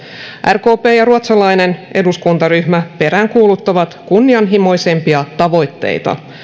rkp ja ja ruotsalainen eduskuntaryhmä peräänkuuluttavat kunnianhimoisempia tavoitteita